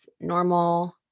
normal